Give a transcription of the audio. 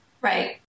Right